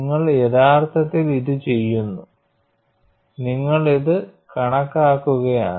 നിങ്ങൾ യഥാർത്ഥത്തിൽ ഇത് ചെയ്യുന്നു നിങ്ങൾ ഇത് കണക്കാക്കുകയാണ്